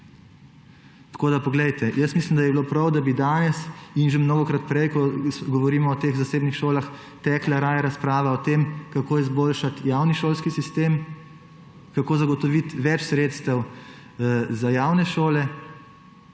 teh šol. Jaz mislim, da bi bilo prav, da bi danes in že mnogokrat prej, ko smo govorili o teh zasebnih šolah, tekla raje razparava o tem, kako izboljšati javni šolski sistem, kako zagotoviti več sredstev za javne šole